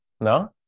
no